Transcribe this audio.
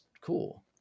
cool